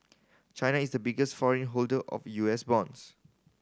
China is the biggest foreign holder of U S bonds